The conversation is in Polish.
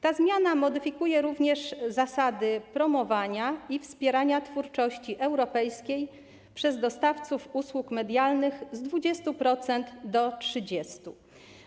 Ta zmiana modyfikuje również zasady promowania i wspierania twórczości europejskiej przez dostawców usług medialnych - z 20% do 30%.